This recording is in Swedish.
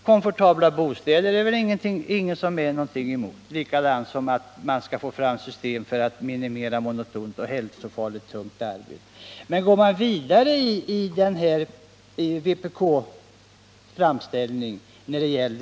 Komfortabla bostäder är väl ingen emot, eller system för att minimera monotont och hälsofarligt tungt arbete.